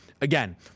again